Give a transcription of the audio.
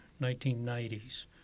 1990s